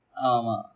ஆமா ஆமா:aamaa aamaa